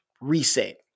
reset